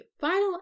final